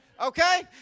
Okay